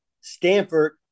Stanford